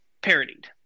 parodied